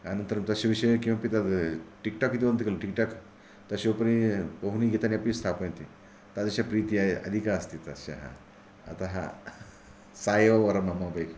अनन्तरं तस्य विषये किम् अपि तद् टिक् टाक् इति वदन्ति कलु टिक् टाक् तस्य उपरि बहूनि गीतानि अपि स्थापयन्ति तादृशः प्रीतिः अधिका अस्ति तश्याः अतः सा एव वरं मम